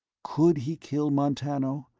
could he kill montano?